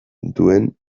duen